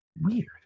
Weird